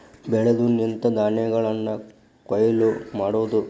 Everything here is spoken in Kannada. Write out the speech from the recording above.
ಬೆಳೆದು ನಿಂತ ಧಾನ್ಯಗಳನ್ನ ಕೊಯ್ಲ ಮಾಡುದು